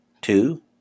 Two